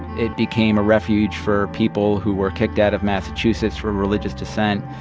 it became a refuge for people who were kicked out of massachusetts for religious dissent.